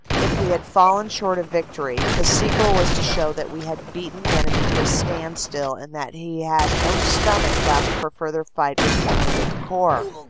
if we had fallen short of victory, the sequel was to show that we had beaten the enemy to a standstill and that he had no stomach left for further fight with the canadian corps.